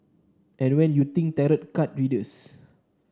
and when you think tarot card readers